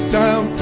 down